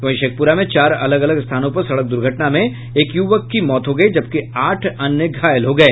वहीं शेखपुरा में चार अलग अलग स्थानों पर सड़क द्र्घटना में एक यूवक की मौत हो गयी जबकि आठ अन्य घायल हो गए